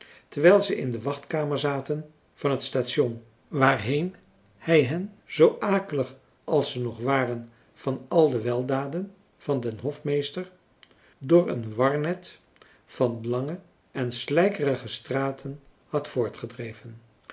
terwijl zij in de wachtkamer zaten van het station waarheen hij hen zoo akelig als ze nog waren van al de weldaden van den hofmeester door een warnet van lange en slijkerige straten had voortgedreven